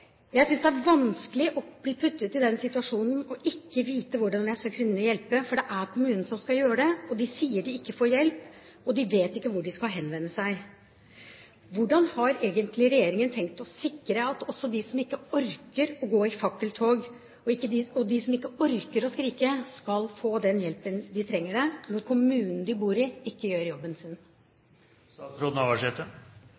Jeg synes det er vanskelig å bli satt i den situasjonen det er ikke å vite hvordan jeg skal kunne hjelpe – for det er kommunene som skal gjøre det. Disse menneskene sier at de ikke får hjelp, og de vet ikke hvor de skal henvende seg. Hvordan har regjeringen egentlig tenkt å sikre at også de som ikke orker å gå i fakkeltog, og de som ikke orker å skrike, skal få den hjelpen de trenger, når kommunen de bor i, ikke gjør jobben sin?